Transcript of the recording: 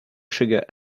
sugar